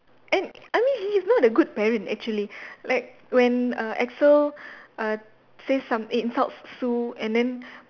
and I mean he is not good a parent actually like when uh Axl uh says some insults Sue and then